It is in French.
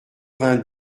vingt